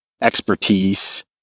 expertise